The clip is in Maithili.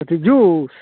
कथी जूस